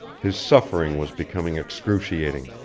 his suffering was becoming excruciating.